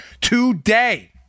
today